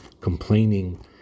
Complaining